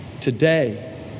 today